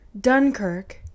Dunkirk